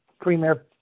Premier